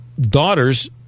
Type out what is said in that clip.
daughters